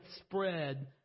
spread